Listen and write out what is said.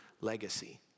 legacy